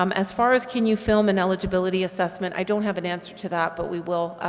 um as far as can you film an eligibility assessment i don't have an answer to that, but we will,